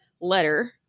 letter